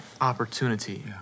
opportunity